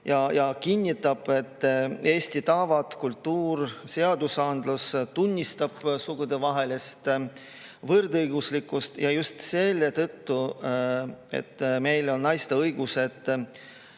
ja kinnitab, et Eesti tavad, kultuur ja seadusandlus tunnistavad sugudevahelist võrdõiguslikkust. Just selle tõttu, et meil on naiste õigused